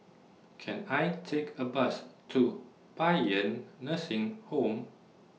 Can I Take A Bus to Paean Nursing Home